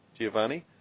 Giovanni